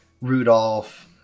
Rudolph